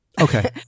Okay